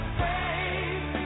faith